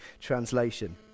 Translation